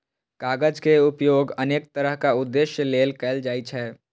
कागज के उपयोग अनेक तरहक उद्देश्य लेल कैल जाइ छै